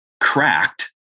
cracked